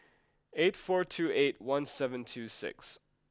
eight four two eight one seven two six